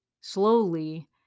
slowly